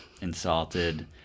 insulted